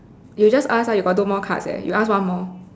you just ask lah you got two more cards leh you ask one more